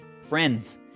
Friends